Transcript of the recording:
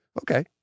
Okay